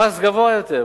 המס גבוה יותר,